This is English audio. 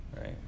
right